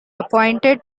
appointed